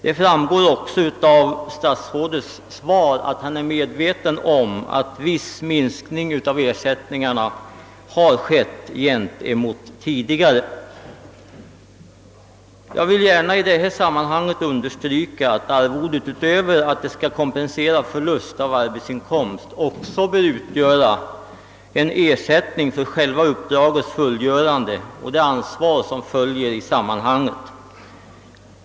Det framgår också av statsrådets svar, att han är medveten om att viss minskning av ersättningen har skett jämfört med hur det var tidigare. Jag vill gärna i detta sammanhang understryka att arvodet, utöver att det skall kompensera förlust av arbetsinkomst, också bör utgöra en ersättning för själva uppdragets fullgörande och det ansvar som följer med uppdraget.